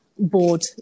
board